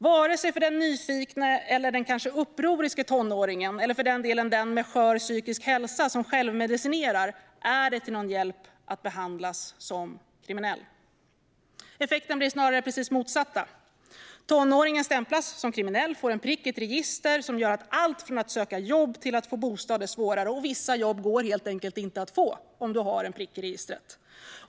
Varken för den nyfikna eller den kanske upproriska tonåringen eller för den med skör psykisk hälsa som självmedicinerar är det till någon hjälp att behandlas som kriminell. Effekten blir snarare den precis motsatta. Tonåringen stämplas som kriminell och får en prick i ett register, vilket gör allt från att söka jobb till att få bostad svårare. Vissa jobb går helt enkelt inte att få om man har en prick i registret.